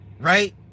right